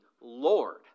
Lord